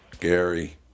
Gary